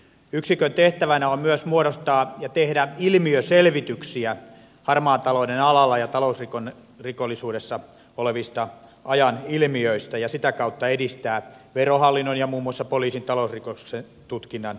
yksikön tehtävänä on myös muodostaa ja tehdä ilmiöselvityksiä harmaan talouden alalla ja talousrikollisuudessa olevista ajan ilmiöistä ja sitä kautta edistää verohallinnon ja muun muassa poliisin talousrikostutkinnan toimintaedellytyksiä